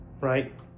right